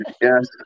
yes